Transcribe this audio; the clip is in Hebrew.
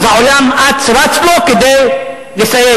אז העולם אץ רץ לו כדי לסייע.